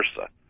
versa